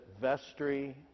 vestry